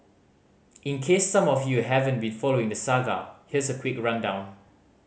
in case some of you haven't been following the saga here's a quick rundown